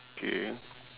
K